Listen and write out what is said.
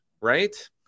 right